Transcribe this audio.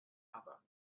other